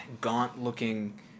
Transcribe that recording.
gaunt-looking